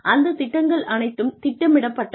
அந்த திட்டங்கள் அனைத்தும் திட்டமிடப்பட்டவை